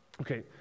Okay